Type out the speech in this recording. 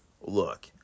Look